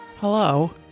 Hello